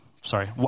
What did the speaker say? Sorry